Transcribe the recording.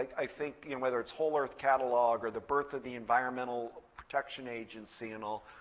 i think you know whether it's whole earth catalog or the birth of the environmental protection agency and all,